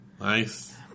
nice